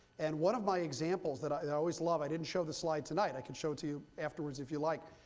and one of my examples that i always love. i didn't show the slide tonight. i can show it to you afterwards if you like.